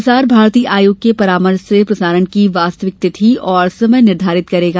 प्रसार भारती आयोग के परामर्श से प्रसारण की वास्तविक तिथि और समय निर्धारित करेगा